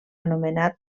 anomenat